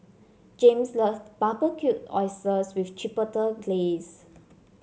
Jayme's love Barbecued Oysters with Chipotle Glaze